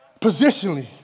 positionally